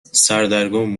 سردرگم